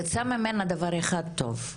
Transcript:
יצא ממנה דבר אחד טוב.